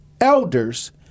elders